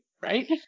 right